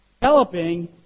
developing